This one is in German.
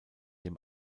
dem